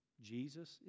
Jesus